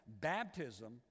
Baptism